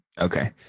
okay